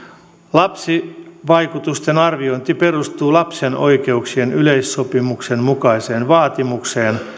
lapsivaikutusten arviointi perustuu lapsen oikeuksien yleissopimuksen mukaiseen vaatimukseen